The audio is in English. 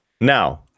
Now